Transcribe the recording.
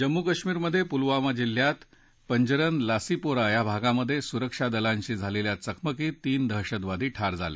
जम्मू कश्मीरमधे पुलवामा जिल्ह्यात पंजरन लासीपोरा भागात सुरक्षा दलांशी झालेल्या चकमकीत तीन दहशतवादी ठार झाले